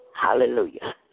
Hallelujah